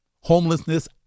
Homelessness